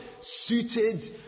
suited